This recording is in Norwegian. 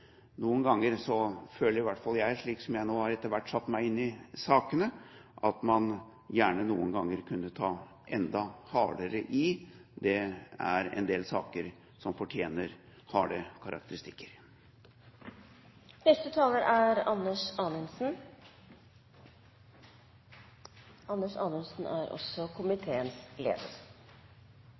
Noen ganger føler i hvert fall jeg, etter hvert som jeg nå har satt meg inn i sakene, at man gjerne kunne ta enda hardere i. Det er en del saker som fortjener harde karakteristikker. Bare noen korte betraktninger. Jeg har også behov for å gi sterk honnør for det arbeidet som sivilombudsmannen gjør. Det er